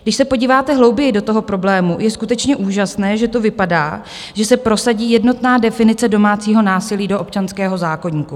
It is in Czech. Když se podíváte hlouběji do toho problému, je skutečně úžasné, že to vypadá, že se prosadí jednotná definice domácího násilí do občanského zákoníku.